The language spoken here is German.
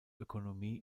ökonomie